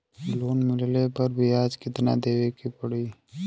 Loan मिलले पर ब्याज कितनादेवे के पड़ी?